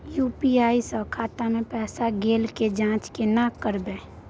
UPI स खाता मे पैसा ऐल के जाँच केने करबै?